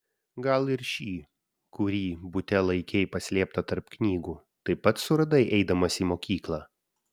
gal ir šį kurį bute laikei paslėptą tarp knygų taip pat suradai eidamas į mokyklą